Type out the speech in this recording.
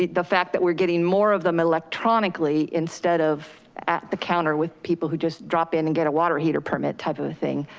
the the fact that we're getting more of them electronically instead of at the counter with people who just drop in and get a water heater permit type of a thing,